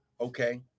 Okay